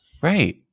Right